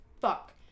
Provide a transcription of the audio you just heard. fuck